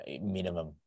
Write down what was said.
minimum